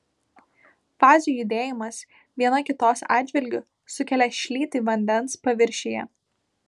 fazių judėjimas viena kitos atžvilgiu sukelia šlytį vandens paviršiuje